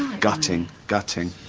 gutting, gutting.